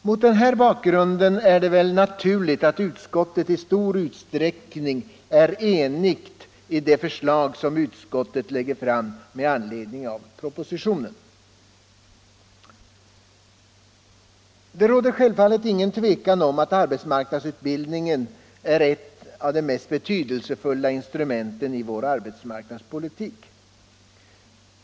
Mot den bakgrunden är det naturligt att utskottet i stor utsträckning står enigt bakom de förslag som utskottet lägger fram med anledning av propositionen. 153 Det råder självfallet inget tvivel om att arbetsmarknadsutbildningen är ett av de mest betydelsefulla instrumenten i vår arbetsmarknadspolitik.